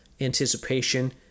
anticipation